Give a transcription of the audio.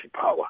power